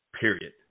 period